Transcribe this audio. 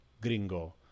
gringo